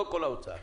לא כל האוצר.